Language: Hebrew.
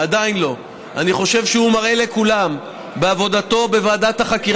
עדיין לא אני חושב שהוא מראה לכולם בעבודתו בוועדת החקירה